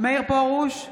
מאיר פרוש,